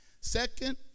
Second